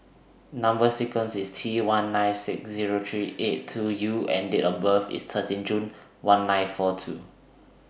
Number sequence IS T one nine six Zero three eight two U and Date of birth IS thirteen June one nine four two